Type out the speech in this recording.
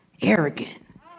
arrogant